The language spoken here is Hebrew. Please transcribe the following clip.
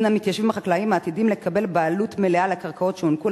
מן המתיישבים החקלאיים העתידים לקבל בעלות מלאה על הקרקעות שהוענקו